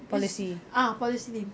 is ah policy name